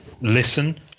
Listen